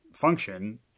function